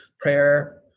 prayer